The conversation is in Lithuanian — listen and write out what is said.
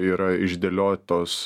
yra išdėliotos